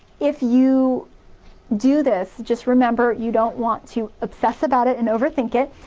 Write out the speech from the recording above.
if you do this, just remember you don't want to obsess about it and over-think it,